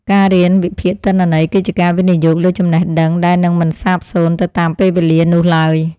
ការរៀនវិភាគទិន្នន័យ គឺជាការវិនិយោគលើចំណេះដឹងដែលនឹងមិនសាបសូន្យទៅតាមពេលវេលានោះឡើយ។